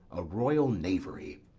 o royal knavery!